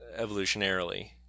evolutionarily